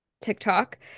tiktok